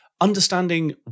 Understanding